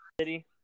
City